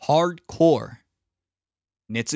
Hardcore